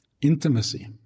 intimacy